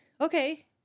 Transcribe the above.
okay